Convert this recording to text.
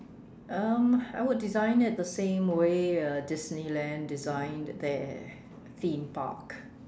um I would design it the same way uh Disneyland designed their theme park